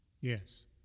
Yes